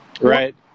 Right